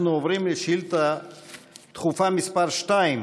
אנחנו עוברים לשאילתה דחופה מס' 2,